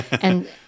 and-